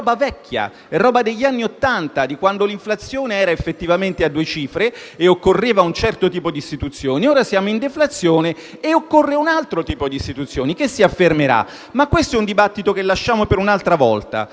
è roba degli anni Ottanta, quando l'inflazione era effettivamente a due cifre e occorreva un certo tipo di istituzioni. Ora siamo in deflazione e occorre un altro tipo di istituzioni, che si affermerà, ma questo è un dibattito che lasciamo per un'altra volta.